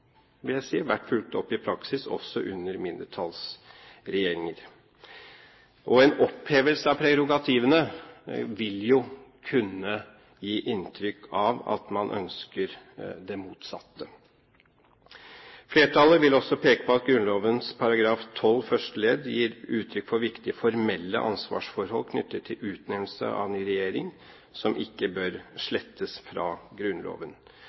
vil jeg si, vært fulgt opp i praksis også under mindretallsregjeringer. En opphevelse av prerogativene vil kunne gi inntrykk av at man ønsker det motsatte. Flertallet vil også peke på at Grunnloven § 12 første ledd gir uttrykk for viktige formelle ansvarsforhold knyttet til utnevnelse av ny regjering, som ikke bør slettes fra Grunnloven.